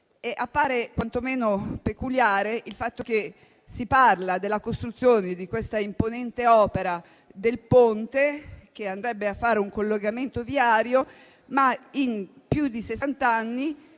appare quantomeno peculiare il fatto che si parli della costruzione di questa imponente opera del Ponte, che realizzerebbe un collegamento viario, ma che in più di